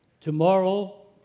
tomorrow